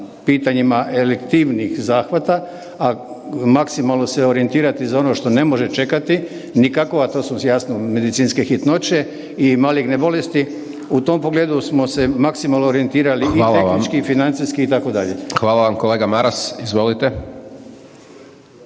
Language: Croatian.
pitanjima elektivnijih zahvata, a maksimalno se orijentirati za ono što ne može čekati nikako, a to su jasno medicinske hitnoće i maligne bolesti, u tom pogledu smo se maksimalno orijentirali …/Upadica: Hvala vam./… i tehnički